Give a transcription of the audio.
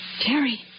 Terry